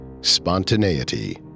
spontaneity